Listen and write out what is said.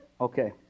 Okay